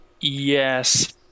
Yes